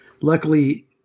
luckily